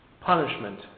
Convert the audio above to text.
punishment